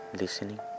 listening